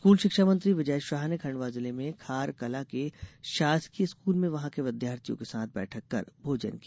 school शिक्षा मंत्री विजय शाह ने खंडवा जिले में खारकलां के शासकीय स्कूल में वहां के विद्यार्थियों के साथ बैठक कर भोजन किया